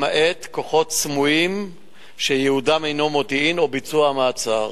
למעט כוחות סמויים שייעודם הינו מודיעין או ביצוע מעצר.